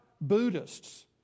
Buddhists